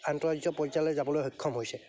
আন্তঃৰাষ্ট্ৰীয় পৰ্যায়লৈ যাবলৈ সক্ষম হৈছে